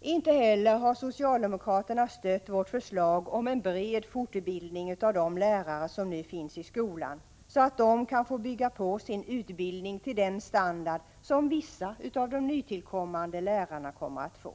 Inte heller har socialdemokraterna stött vårt förslag om en bred fortbildning av de lärare som nu finns i skolan, så att de kan få bygga på sin utbildning till den standard som vissa av de nytillkommande lärarna kommer att få.